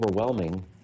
overwhelming